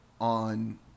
on